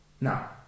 Now